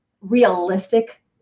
realistic